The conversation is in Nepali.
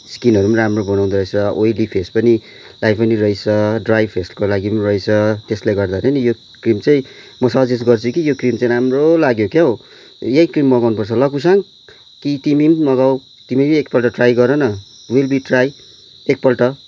स्किनहरू पनि राम्रो बनाउँदो रहेछ ओयली फेस पनि लाई पनि रहेछ ड्राई फेसको लागि पनि रहेछ त्यसले गर्दाखेरि नि यो क्रिम चाहिँ म सजेस्ट गर्छु कि यो क्रिम चाहिँ राम्रो लाग्यो के हो यही क्रिम मगाउनुपर्छ ल कुसाङ कि तिमी पनि मगाऊ तिमी पनि एकपल्ट ट्राई गर न विल बी ट्राई एकपल्ट